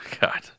God